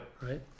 Right